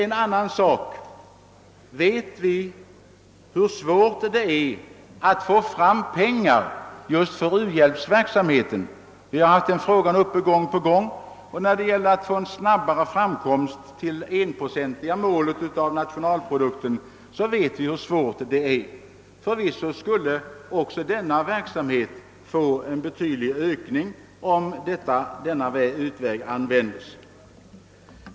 Vi vet också hur svårt det är att få fram pengar just för uhjälpsverksamheten. Vi har haft den frågan uppe gång på gång. När det gäller att snabbare komma fram till målet 1 procent av nationalprodukten vet vi hur svårt detta är. Förvisso skulle också denna verksamhet få en betydlig ökning om denna utväg användes.